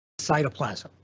cytoplasm